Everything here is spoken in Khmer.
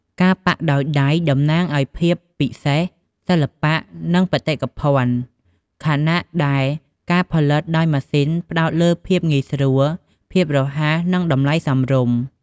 ការប៉ាក់ដោយដៃតំណាងឱ្យភាពពិសេស សិល្បៈ និងបេតិកភណ្ឌ ខណៈដែលការផលិតដោយម៉ាស៊ីនផ្តោតលើភាពងាយស្រួល ភាពរហ័ស និងតម្លៃសមរម្យ។